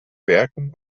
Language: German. werken